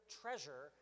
treasure